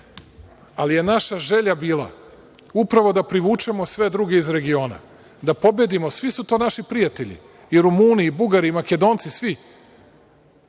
Ali je naša želja bila upravo da privučemo sve druge iz regiona, da pobedimo sve su to naši prijatelji i Rumuni i Bugari i Makedonci, svi